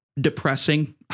depressing